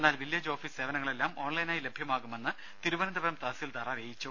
എന്നാൽ village office സേവനങ്ങളെല്ലാം ഓൺലൈനായി ലഭ്യമാകുമെന്ന് തിരുവനന്തപുരം തഹസിൽദാർ അറിയിച്ചു